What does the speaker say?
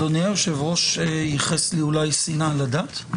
אדוני היושב-ראש ייחס לי אולי שנאה לדת?